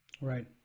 right